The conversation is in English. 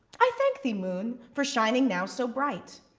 i thank thee, moon, for shining now so bright.